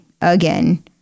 again